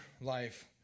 life